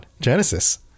Genesis